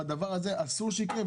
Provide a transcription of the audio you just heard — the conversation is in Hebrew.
הדבר הזה אסור שיקרה.